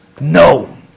No